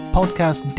podcast